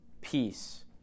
peace